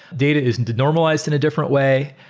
data isn't de-normalized in a different way.